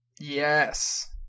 Yes